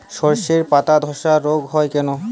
শর্ষের পাতাধসা রোগ হয় কেন?